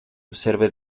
observe